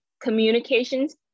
communications